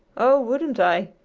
oh, wouldn't i!